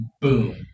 boom